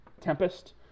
Tempest